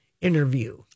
interview